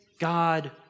God